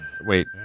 Wait